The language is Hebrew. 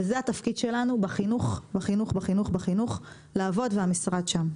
זה התפקיד שלנו בחינוך, והמשרד שם.